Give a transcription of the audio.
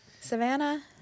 Savannah